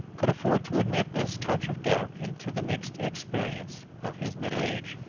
could afford to admit this touch of doubt into the mixed experience of his middle age.